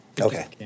Okay